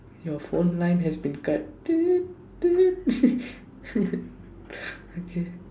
your phone line has been cut okay